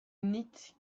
knit